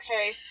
Okay